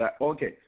Okay